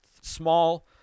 Small